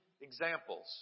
examples